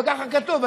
וכך כתוב,